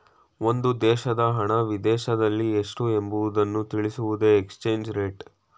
ಒಂದು ದೇಶದ ಹಣ ವಿದೇಶದಲ್ಲಿ ಎಷ್ಟು ಎಂಬುವುದನ್ನು ತಿಳಿಸುವುದೇ ಎಕ್ಸ್ಚೇಂಜ್ ರೇಟ್